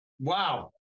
Wow